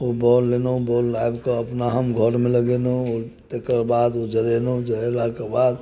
ओ bulb लेलहुँ bulb लाबि कऽ अपना हम घरमे लगेलहुँ तकर बाद ओ जरेलहुँ जरेलाके बाद